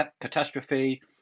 Catastrophe